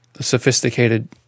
sophisticated